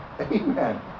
Amen